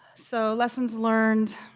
so lessons learned,